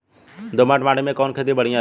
दोमट माटी में कवन खेती बढ़िया रही?